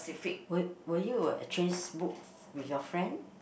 will will you a exchange books with your friend